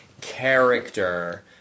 character